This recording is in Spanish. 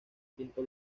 quinto